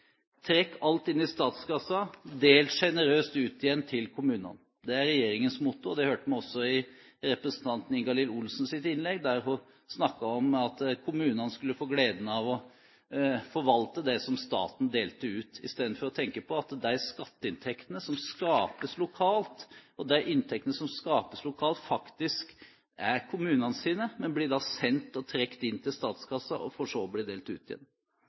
trekk alt inn i statskassa, og del sjenerøst ut igjen til kommunene. Det er regjeringens motto. Det hørte vi også i representanten Ingalill Olsens innlegg. Hun snakket om at kommunene skulle få gleden av å forvalte det som staten delte ut, istedenfor å tenke at de skatteinntektene som skapes lokalt, og de inntektene som skapes lokalt, faktisk er kommunenes – inntekter som da blir sendt til og trukket inn i statskassa, for så å bli delt ut igjen.